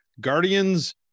Guardians